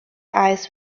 eyes